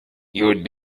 you’d